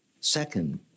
Second